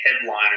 headliner